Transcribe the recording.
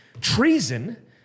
Treason